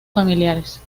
familiares